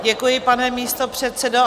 Děkuji, pane místopředsedo.